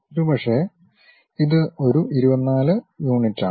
ഒരുപക്ഷേ ഇത് ഒരു 24 യൂണിറ്റുകൾ